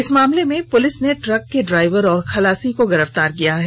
इस मामले में पुलिस ने ट्रक के ड्राइवर और खलासी को गिरफ्तार किया है